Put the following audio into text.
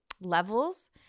levels